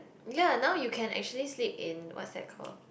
ya now you can actually sleep in what's that called